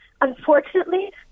Unfortunately